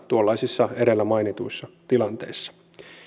tuollaisissa edellä mainituissa tilanteissa